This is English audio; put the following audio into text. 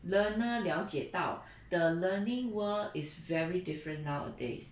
learner 了解到 the learning world is very different nowadays